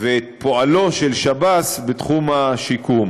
ואת פועלו של שב"ס בתחום השיקום.